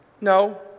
No